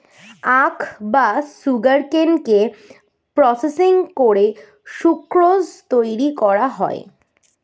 আখ বা সুগারকেনকে প্রসেসিং করে সুক্রোজ তৈরি করা হয়